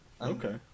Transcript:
Okay